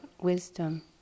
wisdom